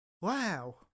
Wow